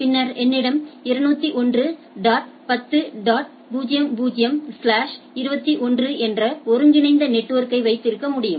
பின்னர் என்னிடம் 201 dot 10 dot 00 slash 21 என்ற ஒருங்கிணைந்த நெட்வொர்க்யை வைத்திருக்க முடியும்